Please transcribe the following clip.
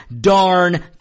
darn